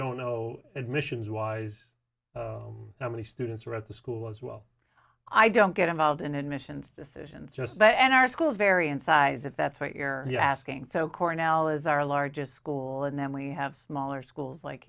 don't know admissions wise how many students are at the school as well i don't get involved in admissions decisions just that and our schools vary in size if that's what you're asking so cornell is our largest school and then we have smaller schools like